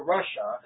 Russia